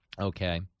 Okay